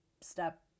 step